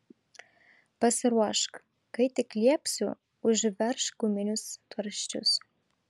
pasiruošk kai tik liepsiu užveržk guminius tvarsčius